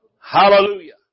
Hallelujah